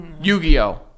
Yu-Gi-Oh